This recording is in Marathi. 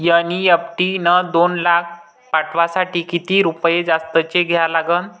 एन.ई.एफ.टी न दोन लाख पाठवासाठी किती रुपये जास्तचे द्या लागन?